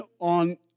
on